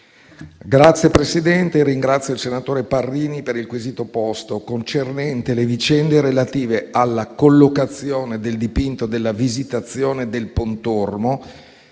Signor Presidente, ringrazio il senatore Parrini per il quesito posto, concernente le vicende relative alla collocazione del dipinto della Visitazione del Pontormo,